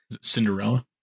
Cinderella